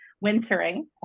Wintering